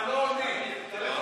חבר הכנסת